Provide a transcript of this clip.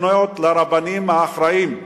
לפנות לרבים האחראים,